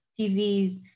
TVs